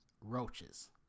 roaches